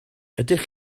ydych